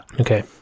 Okay